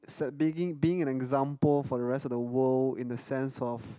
being an example for the rest of the world in the sense of